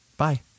Bye